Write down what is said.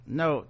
no